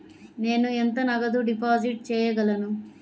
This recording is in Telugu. నేను ఎంత నగదు డిపాజిట్ చేయగలను?